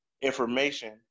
information